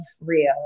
Rio